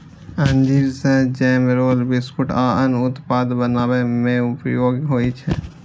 अंजीर सं jam, roll, biscuit आ अन्य उत्पाद बनाबै मे उपयोग होइ छै